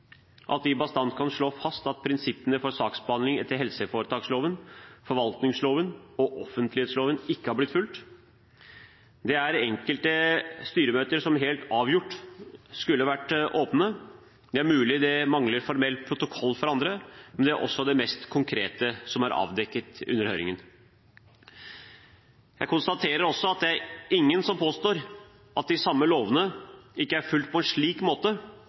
at vi bastant kan slå fast at prinsippene for saksbehandling etter helseforetaksloven, forvaltningsloven og offentlighetsloven ikke er blitt fulgt. Det er enkelte styremøter som helt avgjort skulle vært åpne, det er mulig det mangler formell protokoll fra andre, men det er også det mest konkrete som er avdekket under høringen. Jeg konstaterer også at det er ingen som påstår at de samme lovene ikke er fulgt på en slik måte